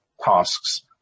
tasks